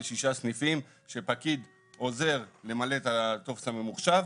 יש שישה סניפים שבהם פקיד עוזר למלא את הטופס הממוחשב.